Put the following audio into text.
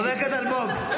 חבר הכנסת אלמוג.